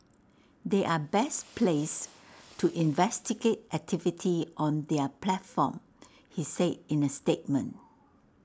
they are best placed to investigate activity on their platform he say in A statement